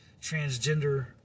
transgender